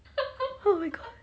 oh my god